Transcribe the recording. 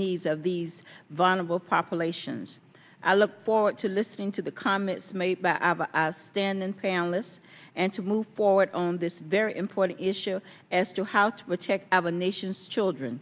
needs of these vulnerable populations i look forward to listening to the comments made by then and found this and to move forward on this very important issue as to how to check out the nation's children